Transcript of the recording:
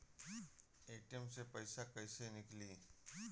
ATM से पइसा कइसे निकली?